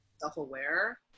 self-aware